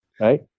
right